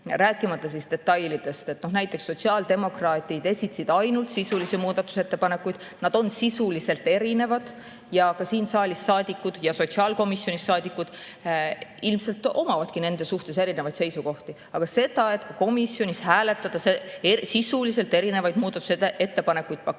Rääkimata detailidest. Näiteks sotsiaaldemokraadid esitasid ainult sisulisi muudatusettepanekuid. Nad on sisuliselt erinevad. Ja ka siin saalis saadikud ja sotsiaalkomisjonis saadikud ilmselt omavadki nende suhtes erinevaid seisukohti. Aga seda, et komisjonis hääletades sisuliselt erinevaid muudatusettepanekuid paketina